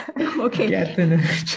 Okay